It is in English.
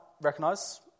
recognise